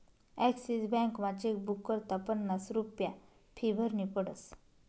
Axis बॅकमा chequebook करता पन्नास रुप्या फी भरनी पडस